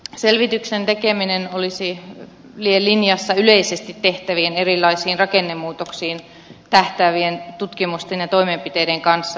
selvityksen tekeminen olisi linjassa yleisesti tehtävien erilaisiin rakennemuutoksiin tähtäävien tutkimusten ja toimenpiteiden kanssa